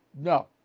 No